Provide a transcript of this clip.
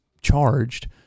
charged